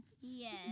Yes